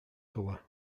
color